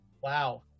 wow